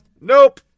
Nope